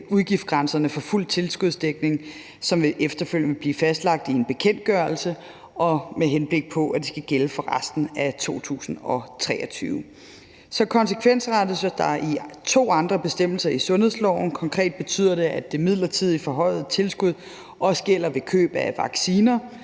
udgiftsgrænserne for fuld tilskudsdækning, som efterfølgende vil blive fastlagt i en bekendtgørelse, med henblik på at de skal gælde for resten af 2023. Så konsekvensrettes der i to andre bestemmelser i sundhedsloven. Konkret betyder det, at det midlertidigt forhøjede tilskud også gælder ved køb af vacciner,